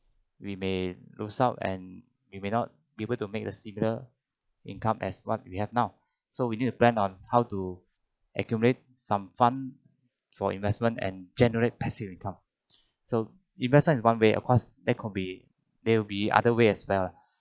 we may lose out and you may not be able to make the similar income as what we have now so we need to plan on how to accumulate some fund for investment and generate passive income so investment is one way of course there could be there will be other way as well ah